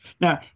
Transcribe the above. Now